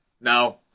no